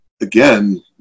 again